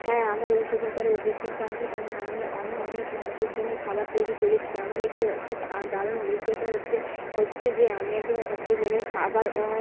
হ্যাঁ আমার এইসব ব্যাপারে অভিজ্ঞতা আছে কারণ আমিও আমিও অনেক মানুষের জন্যে খাবার তৈরি করেছি আমার একটি একটি দারুণ অভিজ্ঞতা হচ্ছে হচ্ছে যে আমি একজন একটা জায়গায় খাবার